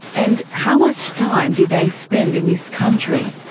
and how much time did they spend in this country?